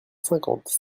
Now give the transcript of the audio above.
cinquante